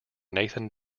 nathan